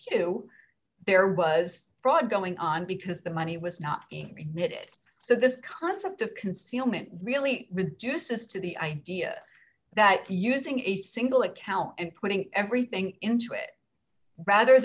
queue there was fraud going on because the money was not in it so this concept of concealment really reduces to the idea that using a single account and putting everything into it rather